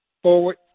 Forward